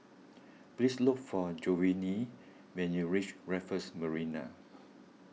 please look for Jovanni when you reach Raffles Marina